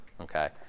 okay